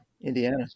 Indiana